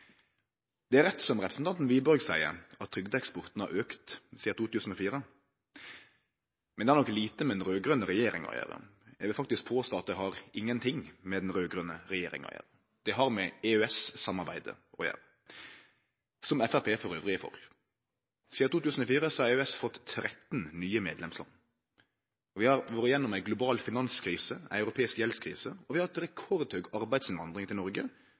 Det er rett som representanten Wiborg seier, at trygdeeksporten har auka sidan 2004, men det har nok lite med den raud-grøne regjeringa å gjere. Eg vil faktisk påstå at det har ingenting med den raud-grøne regjeringa å gjere. Det har med EØS-samarbeidet å gjere – som Framstegspartiet elles er for. Sidan 2004 har EØS fått 13 nye medlemsland. Vi har vore gjennom ei global finanskrise, ei europeisk gjeldskrise, og vi har hatt rekordhøg arbeidsinnvandring til